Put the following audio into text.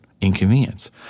Inconvenience